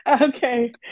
Okay